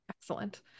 excellent